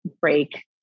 break